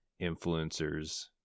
influencers